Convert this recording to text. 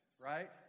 Right